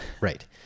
Right